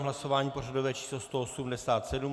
Hlasování pořadové číslo 187.